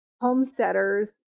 homesteaders